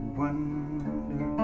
wonder